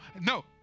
no